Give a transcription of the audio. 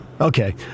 Okay